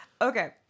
Okay